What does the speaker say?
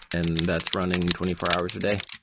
and that's running twenty four hours a day.